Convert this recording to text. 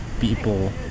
people